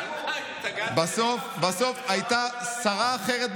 איזה מחאה?